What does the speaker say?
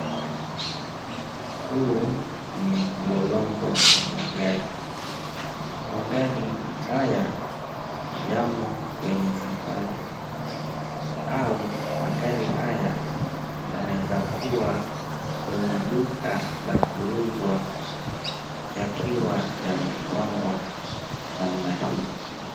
Huu ni mlolongo wa magari, magari haya yamo kwenye safari. Au magari haya yanzua kwenye duka la kuuzwa, yakiwa yamepangwa namna hii.